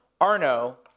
Arno